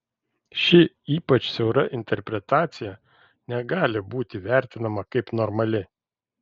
ši ypač siaura interpretacija negali būti vertinama kaip normali